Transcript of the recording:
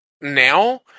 now